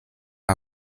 大厦